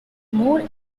more